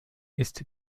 ist